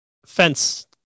Fence